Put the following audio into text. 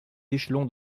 échelons